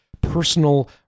personal